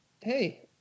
Hey